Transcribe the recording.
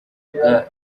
guhaga